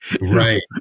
Right